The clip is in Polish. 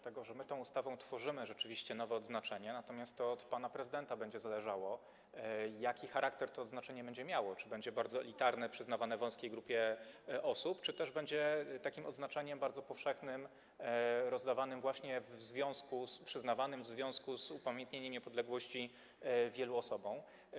Tą ustawą rzeczywiście tworzymy nowe odznaczenie, natomiast to od pana prezydenta będzie zależało, jaki charakter to odznaczenie będzie miało - czy będzie bardzo elitarne, przyznawane wąskiej grupie osób, czy też będzie takim odznaczeniem bardzo powszechnym, rozdawanym, przyznawanym w związku z upamiętnieniem niepodległości wielu osobom.